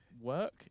work